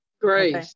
Great